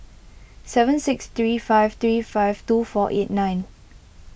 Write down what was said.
seven six three five three five two four eight nine